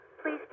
Please